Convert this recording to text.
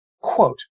Quote